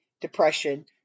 depression